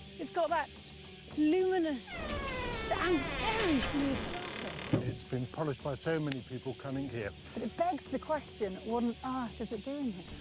it's got that luminous and ah um very smooth surface. it's been polished by so many people coming here. but it begs the question what on ah earth is it doing here?